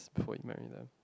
before he married lah